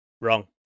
Wrong